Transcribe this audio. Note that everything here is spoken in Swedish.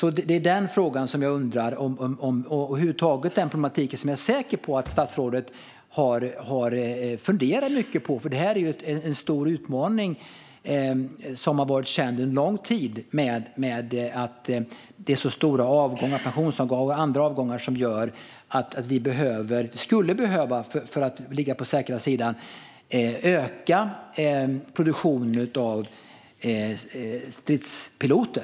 Det är den frågan och den problematiken jag undrar över, och jag är säker på att också statsrådet har funderat mycket på den. Detta är ju en stor utmaning som har varit känd en lång tid. Stora pensionsavgångar och andra avgångar gör att vi för att ligga på den säkra sidan skulle behöva öka produktionen av stridspiloter.